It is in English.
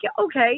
okay